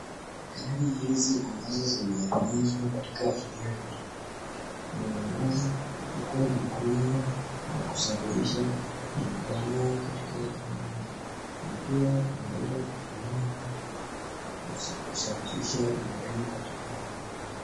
Gari hizi ambazo zimeenezwa katika eneo hili zimeweza kuchukua jukumu la kusafirisha binadamu katika eneo hili na pia linaweza kutumia kusafirisha binadamu katika mahali hapa.